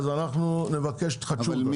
אז אנחנו נבקש שתחדשו אותה,